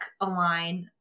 Align